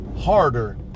harder